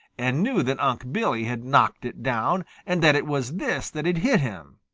and knew that unc' billy had knocked it down, and that it was this that had hit him.